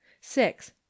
six